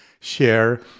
share